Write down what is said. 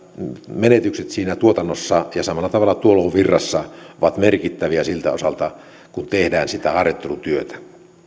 menetykset tuotannossa ja samalla tulovirrassa ovat merkittäviä siltä osalta kun tehdään sitä harjoittelutyötä